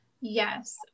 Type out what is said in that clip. Yes